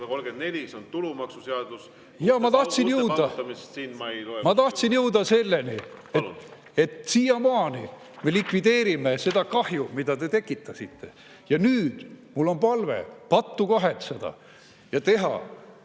see on tulumaksuseaduse … Jaa, ma tahtsin jõuda selleni, et siiamaani me likvideerime seda kahju, mida te tekitasite. Ja nüüd mul on palve: pattu kahetseda ja teha